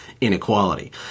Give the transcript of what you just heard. inequality